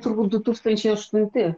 turbūt du tūkstančiai aštunti